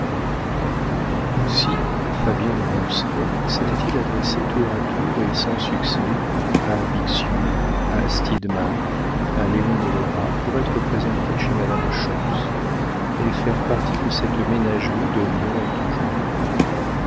aussi fabien du ronceret s'était-il adressé tour à tour et sans succès à bixiou à stidmann à léon de lora pour être présenté chez madame schontz et faire partie de cette ménagerie de lions en tous genres